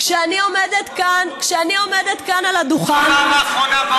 כשאני עומדת כאן על הדוכן, הפעם האחרונה באו"ם.